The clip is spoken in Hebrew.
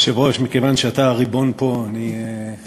היושב-ראש, מכיוון שאתה הריבון פה אני נכנע לך.